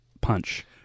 punch